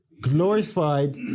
glorified